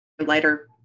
lighter